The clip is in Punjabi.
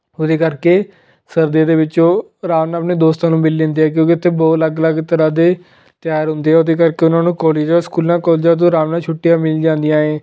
ਉਹਦੇ ਕਰਕੇ ਸਰਦੀਆਂ ਦੇ ਵਿੱਚ ਉਹ ਆਰਾਮ ਨਾਲ ਆਪਣੇ ਦੋਸਤਾਂ ਨੂੰ ਮਿਲ ਲੈਂਦੇ ਹੈ ਕਿਉਂਕਿ ਇੱਥੇ ਬਹੁਤ ਅਲੱਗ ਅਲੱਗ ਤਰ੍ਹਾਂ ਦੇ ਤਿਉਹਾਰ ਹੁੰਦੇ ਹੈ ਉਹਦੇ ਕਰਕੇ ਉਹਨਾਂ ਨੂੰ ਕੋਲਜ ਜਾਂ ਸਕੂਲਾਂ ਕਾਲਜਾਂ ਤੋਂ ਆਰਾਮ ਨਾਲ ਛੁੱਟੀਆਂ ਮਿਲ ਜਾਂਦੀਆਂ ਹੈ